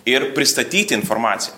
ir pristatyti informaciją